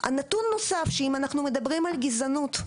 נתון נוסף, אם אנחנו מדברים על גזענות,